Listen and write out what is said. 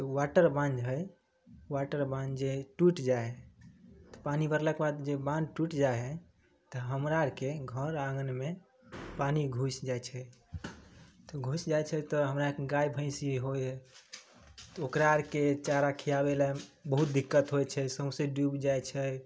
तऽ वाटर बांध है वाटर बांध जे है टुटि जाइ है तऽ पानि भरलाके बाद जे बांध टुटि जाइ है तऽ हमरा आरके घर आँगनमे पानि घुसि जाइ छै तऽ घुसि जाइ छै तऽ हमरा आरके गाय भैंसी होइ है तऽ ओकरा आरके चारा खियाबैला बहुत दिक्कत होइ छै सौँसे डुबि जाइ छै